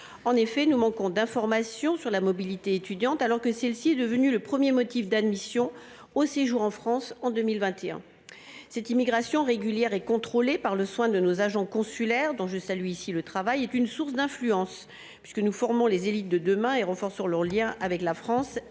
En effet, nous manquons d’informations sur la mobilité étudiante, qui est pourtant devenue en 2021 le premier motif d’admission au séjour en France. Cette immigration régulière et contrôlée par le soin de nos agents consulaires, dont je salue ici le travail, est une source d’influence. Elle nous permet de former les élites de demain et de renforcer leurs liens avec la France,